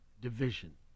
division